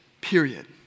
period